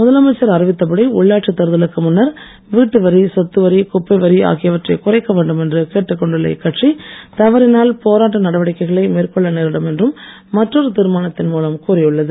முதலமைச்சர் அறிவித்தபடி உள்ளாட்சி தேர்தலுக்கு முன்னர் வீட்டுவரி சொத்துவரி குப்பைவரி ஆகியவற்றை குறைக்க வேண்டும் என்று கேட்டுக் கொண்டுள்ள இக்கட்சி தவறினால் போராட்ட நடவடிக்கைகளை மேற்கொள்ள நேரிடும் என்றும் மற்றொரு தீர்மானத்தின் மூலம் கூறியுள்ளது